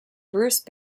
bruce